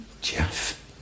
Jeff